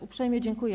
Uprzejmie dziękuję.